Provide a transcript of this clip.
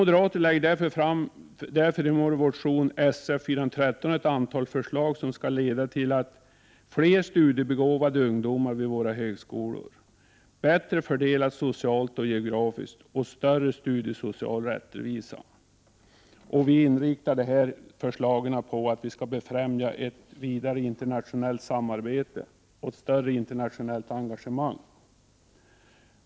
Därför lägger vi moderater i vår motion Sf413 fram ett antal förslag som skall leda till att fler studiebegåvade ungdomar söker sig till våra högskolor, en bättre social och geografisk fördelning och större studiesocial rättvisa. Dessa förslag inriktas på att befrämja ett vidare internationellt samarbete och ett större internationellt engagemang.